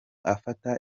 afata